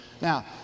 Now